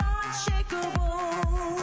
unshakable